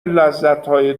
لذتهای